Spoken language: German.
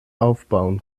aufbauen